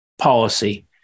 policy